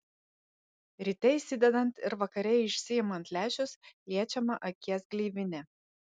ryte įsidedant ir vakare išsiimant lęšius liečiama akies gleivinė